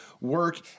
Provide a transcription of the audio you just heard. work